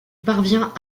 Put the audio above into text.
parvient